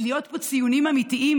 להיות פה ציונים אמיתיים.